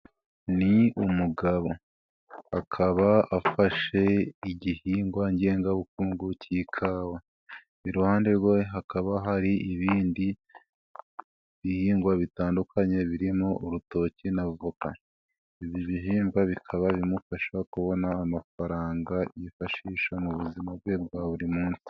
Ni umugabo, akaba afashe igihingwa ngengabukungu cy'ikawa, iruhande rwe hakaba hari ibindi bihingwa bitandukanye birimo urutoki na voka, ibi bihingwa bikaba bimufasha kubona amafaranga yifashisha mu buzima bwe bwa buri munsi.